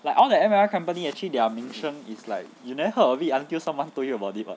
like all the M_L_M company actually their 名声 is like you never heard of it until someone told you about it [what]